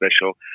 Special